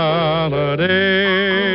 Holiday